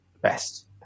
best